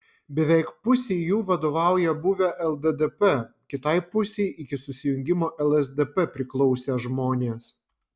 beveik pusei jų vadovauja buvę lddp kitai pusei iki susijungimo lsdp priklausę žmonės